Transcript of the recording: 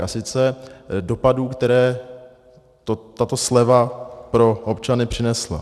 A sice dopadů, které tato sleva pro občany přinesla.